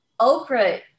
Oprah